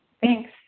Thanks